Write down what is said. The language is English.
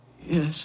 Yes